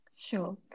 Sure